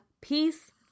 peace